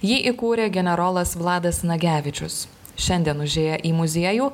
jį įkūrė generolas vladas nagevičius šiandien užėję į muziejų